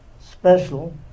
special